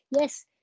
yes